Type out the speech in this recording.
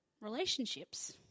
Relationships